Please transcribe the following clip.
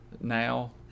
now